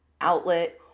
outlet